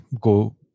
go